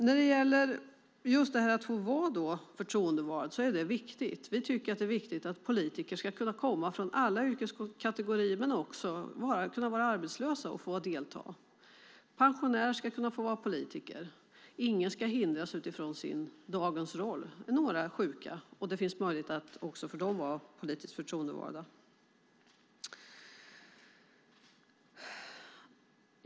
När det gäller just detta att få vara förtroendevald är det viktigt. Vi tycker att det är viktigt att politiker ska kunna komma från alla yrkeskategorier men också kunna vara arbetslösa och få delta. Pensionärer ska kunna få vara politiker. Ingen ska hindras utifrån dagens roll. Några är sjuka, och det finns möjlighet också för dem att vara politiskt förtroendevalda.